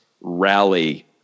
rally